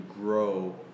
grow